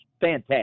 fantastic